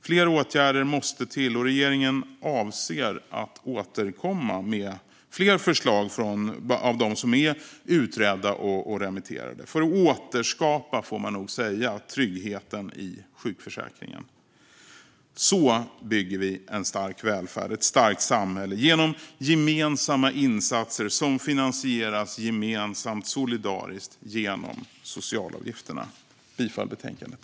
Fler åtgärder måste till, och regeringen avser att återkomma med fler förslag av dem som är utredda och remitterade. Detta för att återskapa, får man nog säga, tryggheten i sjukförsäkringen. Så bygger vi en stark välfärd, ett starkt samhälle: genom gemensamma insatser som finansieras gemensamt, solidariskt, genom socialavgifterna. Jag yrkar bifall till förslaget.